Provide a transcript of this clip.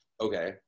okay